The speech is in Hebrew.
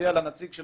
לנציג של